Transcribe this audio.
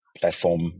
platform